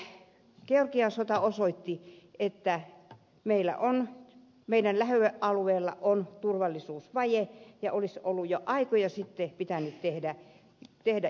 kyllä georgian sota osoitti että meidän lähialueella on turvallisuusvaje ja olisi jo aikoja sitten pitänyt tehdä jotakin